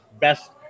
best